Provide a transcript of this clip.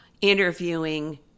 interviewing